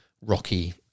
rocky